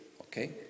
Okay